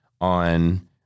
on